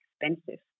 expensive